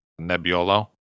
Nebbiolo